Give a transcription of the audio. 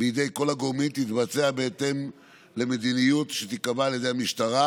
בידי כל הגורמים תתבצע בהתאם למדיניות שתיקבע על ידי המשטרה